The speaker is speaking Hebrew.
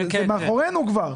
זה כבר מאחורינו.